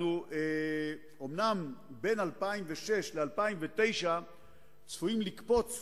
אומנם בין 2006 ל-2009 אנחנו צפויים לקפוץ